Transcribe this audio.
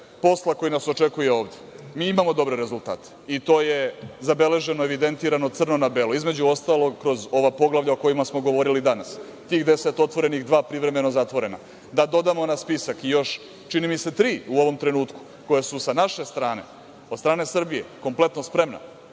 posla koji nas očekuje ovde, mi imamo dobre rezultate, i to je zabeleženo, evidentirano, crno na belo, između ostalog, kroz ova poglavlja o kojima smo govorili danas, 10 otvorenih, dva privremeno zatvorena. Da dodamo na spisak i još, čini mi se, tri u ovom trenutku koja su, sa naše strane, od strane Srbije, kompletno spremna